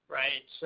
right